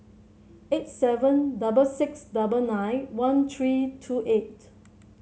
eight seven double six double nine one three two eight